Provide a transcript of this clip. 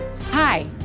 Hi